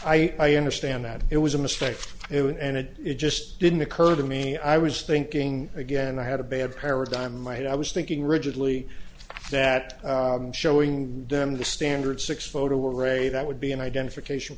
question i understand that it was a mistake and it just didn't occur to me i was thinking again i had a bad paradigm might i was thinking rigidly that showing them the standard six photo array that would be an identification